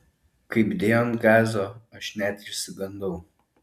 kaip dėjo ant gazo aš net išsigandau